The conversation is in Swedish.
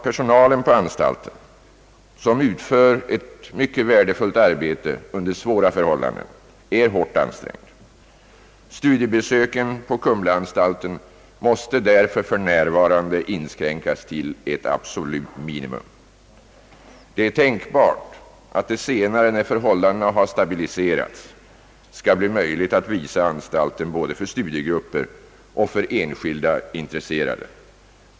Personalen på anstalten, som utför ett mycket värdefullt arbete under svåra förhållanden, är hårt ansträngd. Studiebesöken på kumlaanstalten måste därför för närvarande inskränkas till ett absolut minimum. Det är tänkbart att det senare, när förhållandena har stabiliserats, skall bli möjligt att visa anstalten, både för studiegrupper och för enskilda intres serade.